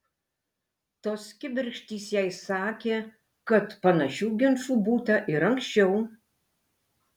tos kibirkštys jai sakė kad panašių ginčų būta ir anksčiau